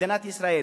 מדינת ישראל,